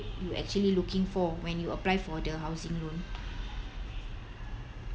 you actually looking for when you apply for the housing loan